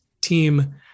team